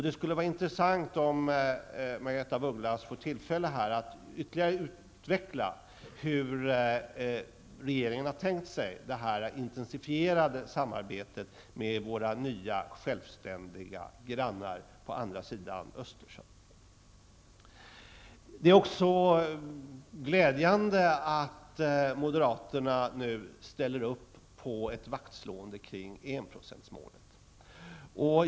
Det skulle vara intressant om Margaretha af Ugglas får tillfälle här att ytterligare utveckla hur regeringen tänkt sig detta intensifierade samarbete med våra nya, självständiga grannar på andra sidan Det är också glädjande att moderaterna nu ställer upp på ett vaktslående kring enprocentsmålet.